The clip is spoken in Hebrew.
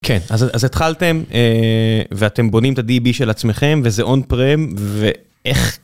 כן, אז התחלתם, ואתם בונים את ה-DB של עצמכם, וזה on-prem, ואיך...